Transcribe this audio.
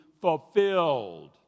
fulfilled